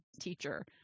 teacher